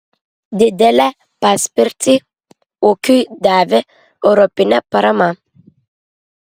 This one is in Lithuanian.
didelę paspirtį ūkiui davė europinė parama